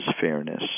fairness